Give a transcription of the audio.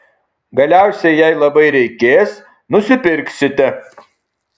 galiausiai jei labai reikės nusipirksite